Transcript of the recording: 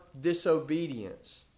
disobedience